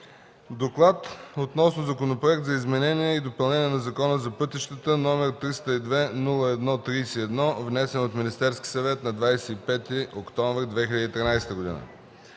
„ДОКЛАД относно Законопроект за изменение и допълнение на Закона за пътищата, № 302-01-31, внесен от Министерския съвет на 25 октомври 2013 г.